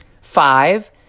Five